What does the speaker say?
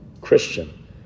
Christian